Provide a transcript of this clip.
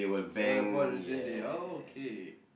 you wanna bored Eugene they all okay